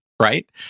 Right